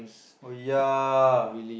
oh ya